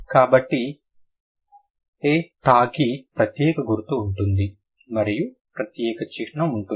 కాబట్టి a థా కి ప్రత్యేక గుర్తు ఉంటుంది మరియు ప్రత్యేక చిహ్నం ఉంటుంది